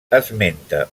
esmenta